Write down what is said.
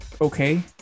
okay